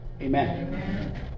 Amen